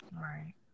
Right